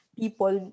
people